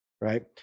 right